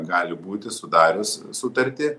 gali būti sudarius sutartį